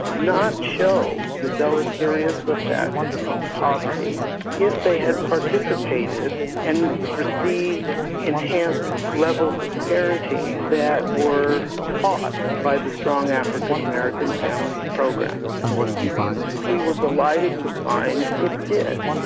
not show the deleterious effects of poverty if they had participated and received enhanced levels of parenting that were taught by the strong african american families program? and what did you find? we were delighted to find it did.